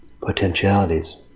potentialities